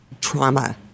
trauma